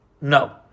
no